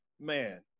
Man